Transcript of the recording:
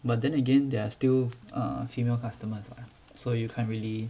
but then again there are still err female customers ah so you can't really